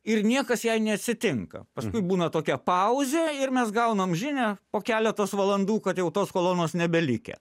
ir niekas jai neatsitinka paskui būna tokia pauzė ir mes gaunam žinią po keletos valandų kad jau tos kolonos nebelikę